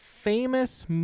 famous